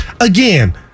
again